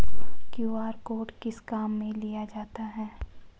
QR code किस किस काम में लिया जाता है?